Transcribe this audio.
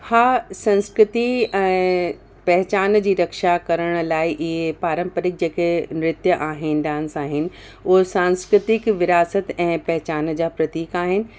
हा संस्कृती ऐं पहचान जी रक्षा करण लाइ इहे पारंपरिक जेके नृत्य आहिनि डांस आहिनि उहे सांस्कृतिक विरासत ऐं पहचान जा प्रतीक आहिनि